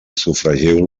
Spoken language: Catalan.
sofregiu